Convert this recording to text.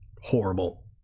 horrible